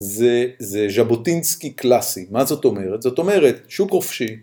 זה, זה ז'בוטינסקי קלאסי. מה זאת אומרת? זאת אומרת שוק חופשי.